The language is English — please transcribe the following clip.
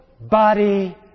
body